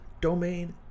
domain